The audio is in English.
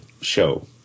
show